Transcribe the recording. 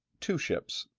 two ships,